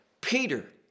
Peter